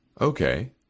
Okay